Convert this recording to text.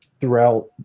throughout